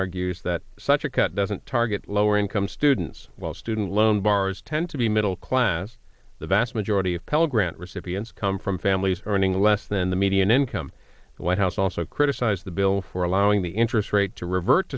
argues that such a cut doesn't target lower income students while student loan bars tend to be middle class the vast majority of pell grant recipients come from families earning less than the median income the white house also criticized the bill for allowing the interest rate to revert